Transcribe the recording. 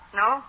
no